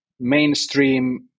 mainstream